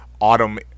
autumn